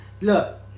look